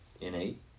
Innate